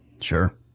Sure